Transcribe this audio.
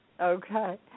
Okay